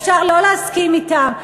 אפשר לא להסכים אתם,